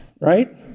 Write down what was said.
right